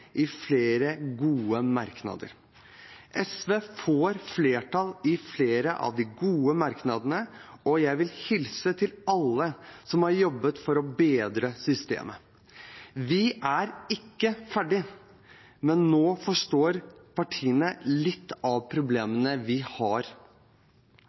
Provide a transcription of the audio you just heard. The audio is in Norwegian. flere gode merknader får et flertall med seg, og jeg vil hilse til alle som har jobbet for å bedre systemet. Vi er ikke ferdige, men nå forstår partiene litt av